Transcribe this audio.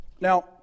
Now